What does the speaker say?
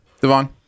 devon